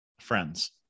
Friends